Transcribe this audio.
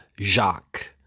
Jacques